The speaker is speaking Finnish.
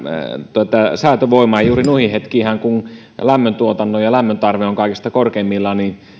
tätä säätövoimaa juuri noihin hetkiin kun lämmön tarve on kaikista korkeimmillaan